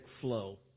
flow